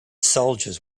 soldiers